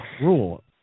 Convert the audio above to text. rule